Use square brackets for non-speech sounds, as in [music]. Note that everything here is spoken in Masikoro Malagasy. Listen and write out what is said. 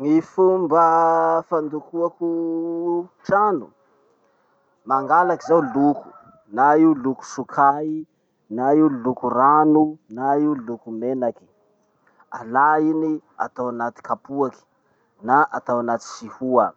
Gny fomba fandokoako trano. [noise] Mangalaky zaho loko, na io loko sokay, na io loko rano, na io loko menaky. Alà iny atao anaty kapoaky na atao anaty sihoa.